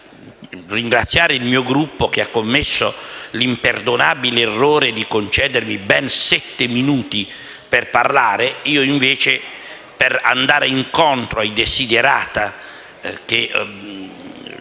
soprattutto il mio Gruppo che ha commesso l'imperdonabile errore di concedermi ben sette minuti per parlare. Io, invece, per andare incontro ai *desiderata* della